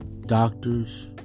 doctors